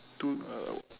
to uh